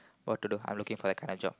what to do I'm looking for that kind of job